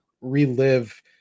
relive